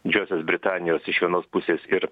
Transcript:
didžiosios britanijos iš vienos pusės ir